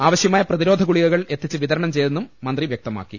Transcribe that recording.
ആവശ്യമായ പ്രതി രോധ ഗുളികകൾ എത്തിച്ച് വിതരണം ചെയ്തെന്നും മന്ത്രി വ്യക്ത മാക്കി